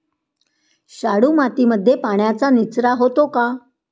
शाडू मातीमध्ये पाण्याचा निचरा होतो का?